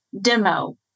Demo